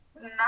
No